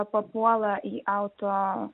papuola į auto